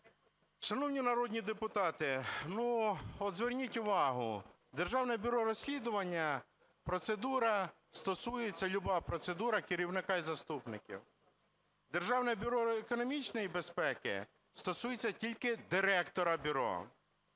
Шановні народні депутати, от зверніть увагу, Державне бюро розслідувань, процедура стосується (люба процедура) керівника і заступників. Державне бюро економічної безпеки – стосується тільки директора бюро.